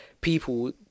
people